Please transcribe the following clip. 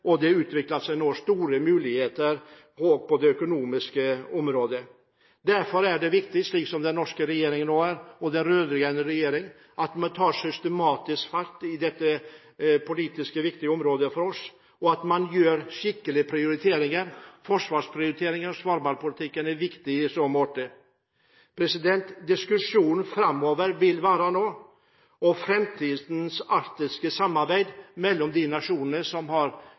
og det utvikler seg nå store muligheter også på det økonomiske området. Derfor er det viktig, slik den rød-grønne regjeringen nå gjør, at man tar systematisk fatt i dette politisk viktige området for oss og gjør skikkelige forsvarsprioriteringer. Svalbard-politikken er viktig i så måte. Diskusjonen nå framover vil være om framtidens arktiske samarbeid mellom de nasjonene som har